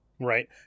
right